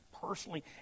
personally